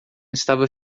estava